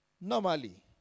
normally